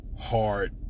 hard